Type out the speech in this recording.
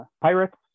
Pirates